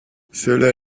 cela